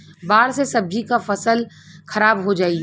बाढ़ से सब्जी क फसल खराब हो जाई